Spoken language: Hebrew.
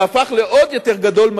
והפך לעוד יותר גדול,